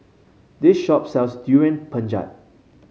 this shop sells Durian Pengat